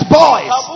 boys